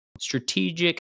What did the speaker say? strategic